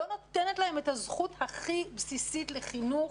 לא נותנת להם את הזכות הכי בסיסית לחינוך,